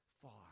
far